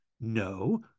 No